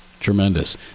tremendous